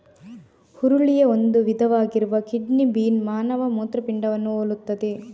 ಹುರುಳಿಯ ಒಂದು ವಿಧವಾಗಿರುವ kidney bean ಮಾನವ ಮೂತ್ರಪಿಂಡವನ್ನು ಹೋಲುತ್ತದೆ